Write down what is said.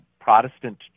Protestant